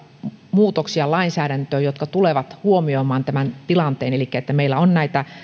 muutoksia lainsäädäntöön jotka tulevat huomioimaan tämän tilanteen elikkä sen että meillä on näitä